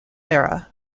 era